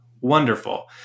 wonderful